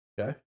Okay